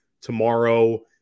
tomorrow